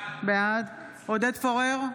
בעד עודד פורר,